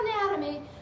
anatomy